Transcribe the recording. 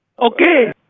Okay